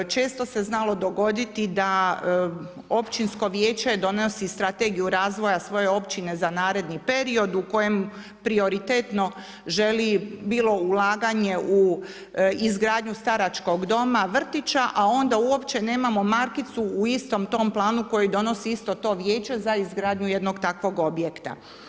Često se znalo dogoditi da Općinsko vijeće donosi Strategiju razvoja svoje općine za naredni period u kojem prioritetno želi bilo ulaganje u izgradnju staračkog doma, vrtića, a onda uopće nemamo markicu u istom tom planu koji donosi isto to Vijeće za izgradnju jednog takvog objekta.